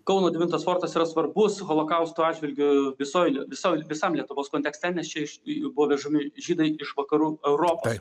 kauno devintas fortas yra svarbus holokausto atžvilgiu visoj visoj visam lietuvos kontekste nes čia iš jų buvo vežami žydai iš vakarų europos